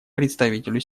представителю